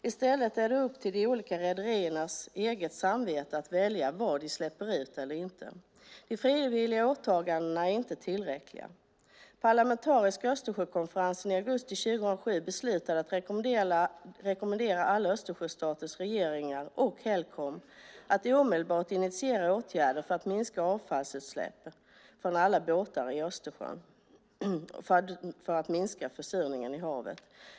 I stället är det upp till de olika rederiernas eget samvete att välja vad de släpper ut eller inte. Men de frivilliga åtagandena är inte tillräckliga. Parlamentariska Östersjökonferensen i augusti 2007 beslutade att rekommendera alla Östersjöstaters regeringar och Helcom att omedelbart initiera åtgärder för att minska avfallsutsläpp från alla båtar i Östersjön för att minska försurningen i havet.